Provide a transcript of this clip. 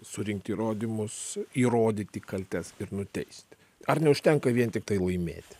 surinkti įrodymus įrodyti kaltes ir nuteisti ar neužtenka vien tiktai laimėti